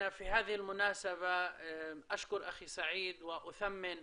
בהזדמנות זו אני מודה לאחי סעיד, ומעריך